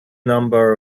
number